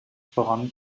voran